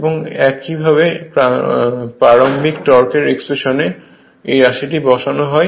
এবং একইভাবে প্রারম্ভিক টর্কের এক্সপ্রেশনে এই রাশিটি বসানো হয়